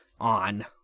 on